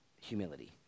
humility